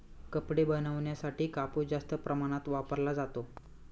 कपडे बनवण्यासाठी कापूस जास्त प्रमाणात वापरला जातो